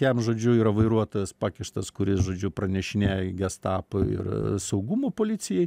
jam žodžiu yra vairuotojas pakištas kuris žodžiu pranešinėjo į gestapą ir saugumo policijai